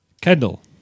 Kendall